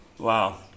Wow